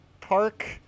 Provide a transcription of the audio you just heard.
park